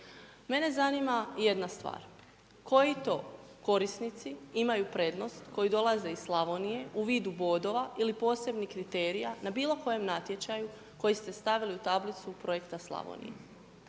Mene zanima jednu stvar. Koji to korisnici imaju prednost koji dolaze iz Slavonije u vidu bodova ili posebnih kriterija na bilo kojem natječaju koji ste stavili u tablicu Projekta Slavonije.